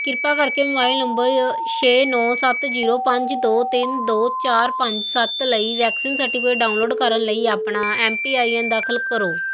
ਕਿਰਪਾ ਕਰਕੇ mobile number ਯ ਛੇ ਨੌ ਸੱਤ ਜੀਰੋ ਪੰਜ ਦੋ ਤਿੰਨ ਦੋ ਚਾਰ ਪੰਜ ਸੱਤ ਲਈ ਵੈਕਸੀਨ ਸਰਟੀਫਕੇਟ ਡਾਊਨਲੋਡ ਕਰਨ ਲਈ ਆਪਣਾ ਐੱਮ ਪੀ ਆਈ ਐੱਨ ਦਾਖਲ ਕਰੋ